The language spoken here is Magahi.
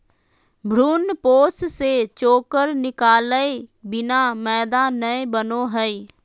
भ्रूणपोष से चोकर निकालय बिना मैदा नय बनो हइ